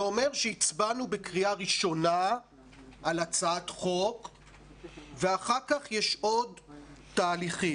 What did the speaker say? זה אומר שהצבענו בקריאה ראשונה על הצעת חוק ואחר כך יש עוד תהליכים.